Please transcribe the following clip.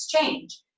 change